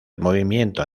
movimiento